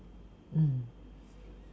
mm